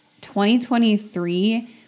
2023